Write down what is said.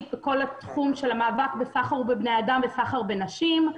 בכל התחום של המאבק בסחר בבני אדם וסחר בנשים.